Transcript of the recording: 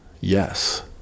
Yes